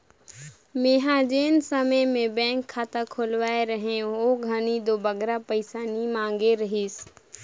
मेंहा जेन समे में बेंक खाता खोलवाए रहें ओ घनी दो बगरा पइसा नी मांगे रहिस